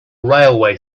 railway